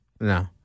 No